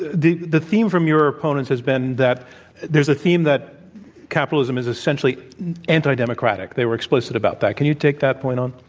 the the theme from your opponents has been that there's a theme that capitalism is essentially anti-democratic. they were explicit about that. can you take that point on?